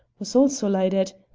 was also lighted,